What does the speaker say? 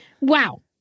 Wow